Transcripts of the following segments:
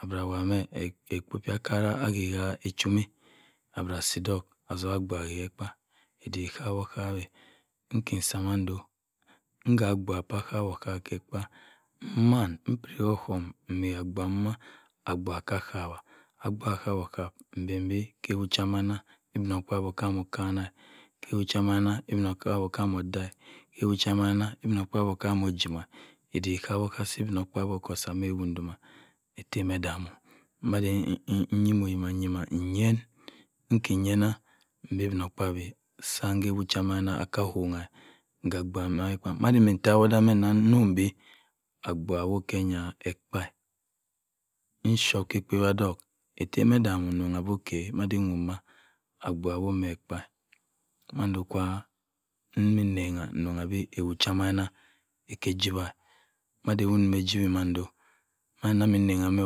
Abira awowabin mẹ akpo fa akara a. aa man achomi abira asi dok azuka abgubha a ha ke ekpa idik okawi-okuw arrki sa mando m- ha abgubha pẹ kawi okawi ke ekpa m'piri ko ọhọhum mmi abgubha wa abgubua ahka awa abgubha okka-okawi mda mayina ibinok pawayi kana ka awobh cha mayima ibinokpaabyi okam ọda-a awọbu ada mayinna ibinokpaabyi ọkam ọgimma idik okwa okawi chi ibinokpaabyi oko sa mawobha ma ettem edam mọm madam iyim-oyima nn yann ikiyama m bi ibinokpu aabyi sam kawa cha mayima aka womer mga abgubha ma kẹ ekpa madi k'hawa odu mẹ nnọ di abjubha ahbisi mariyi ekpa e'chọp ka akọawa dọk ettem edaman errm bi okay madia ovobu ma abgubua ako mẹ ekpara mando kwa nabha. nrong bua bi awọ cha mayima aka ejiwa mada ewott ejiwi mando madin ham mẹ ranga mọ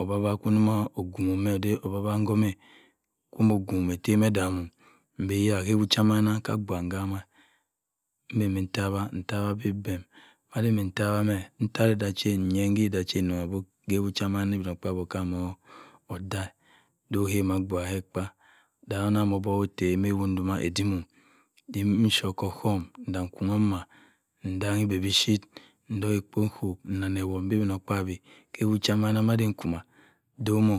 oba-ba to mo oguwni mẹ oda obarba nkonna komo oguwni ethem edabhum mẹ bi mavinna nka abyubha ngama mẹ ban bi entawar ntawar bii beẹmi madin mẹ tawar mẹ mtawar ka ghen nyan ka ghan nronga bọ mayinna ibinokpuabyi okọmo okaina odara bọ ohawim abgubha ke ekpa da kam obọk ko ta na ewo doma adimoọ immi soọ ko ọhọhum nda k'anyi oma ndayi eba bipuyit nndok nkop m'bi ibinokpabyi ewo cha maypuna nko ma dowọmọ